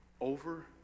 over